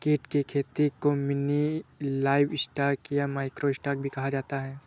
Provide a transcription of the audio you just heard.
कीट की खेती को मिनी लाइवस्टॉक या माइक्रो स्टॉक भी कहा जाता है